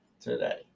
today